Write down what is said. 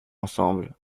ensemble